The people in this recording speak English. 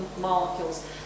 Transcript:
molecules